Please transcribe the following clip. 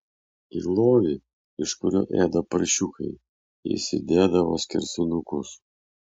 į lovį iš kurio ėda paršiukai jis įdėdavo skersinukus